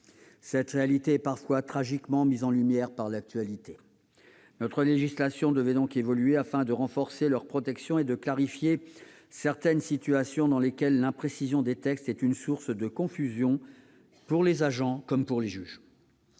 Cette réalité est parfois tragiquement mise en lumière par l'actualité. Notre législation devait donc évoluer afin de renforcer leur protection et de clarifier certaines situations dans lesquelles l'imprécision des textes est une source de confusion pour les agents comme pour les juges.